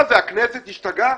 מה זה, הכנסת השתגעה?